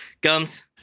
Gums